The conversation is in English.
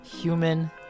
human